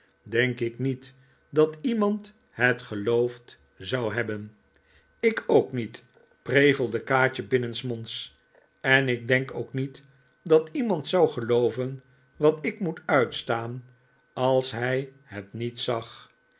denk ik niet dat iemand het geloofd zou hebben ik ook niet prevelde kaatje binnensmonds en ik denk ook niet dat iemand zou gelooven wat ik moet uitstaan als hij het niet zag